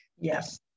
Yes